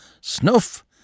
snuff